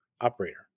operator